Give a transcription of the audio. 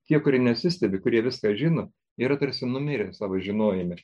kiek kūriniuose stebi kurie viską žino yra tarsi numirę savo žinojime